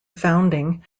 founding